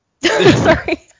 Sorry